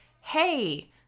hey